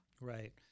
Right